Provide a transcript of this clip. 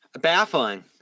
Baffling